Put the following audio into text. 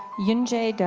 yoon j. do.